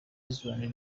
island